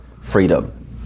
freedom